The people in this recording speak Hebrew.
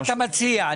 מציע?